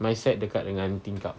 my side dekat dengan tingkap